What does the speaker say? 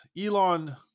Elon